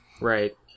Right